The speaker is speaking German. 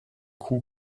kuh